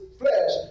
flesh